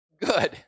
good